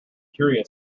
curious